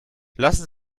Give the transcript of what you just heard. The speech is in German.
lassen